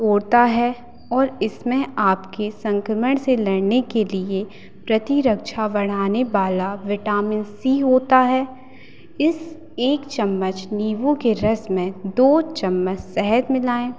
तोड़ता है और इसमें आपकी संक्रमण से लड़ने के लिए प्रतिरक्षा बढ़ाने वाला विटामिन सी होता है इस एक चम्मच नींबू के रस में दो चम्मच शहद मिलाएँ